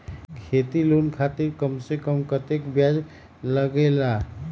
खेती लोन खातीर कम से कम कतेक ब्याज लगेला?